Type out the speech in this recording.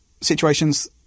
situations